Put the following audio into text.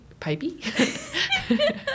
Pipey